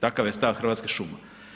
Takav je stav Hrvatskih šuma.